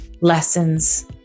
lessons